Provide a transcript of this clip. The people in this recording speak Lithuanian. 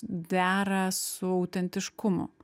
dera su autentiškumu